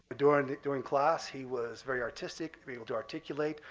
during during class, he was very artistic, able to articulate,